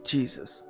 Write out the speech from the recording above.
Jesus